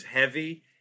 Heavy